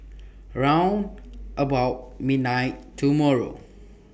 round about midnight tomorrow